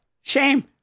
shame